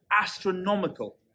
astronomical